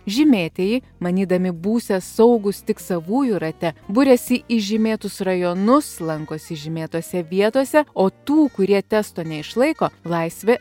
žymėtieji manydami būsią saugūs tik savųjų rate buriasi į žymėtus rajonus lankosi žymėtose vietose o tų kurie testo neišlaiko laisvė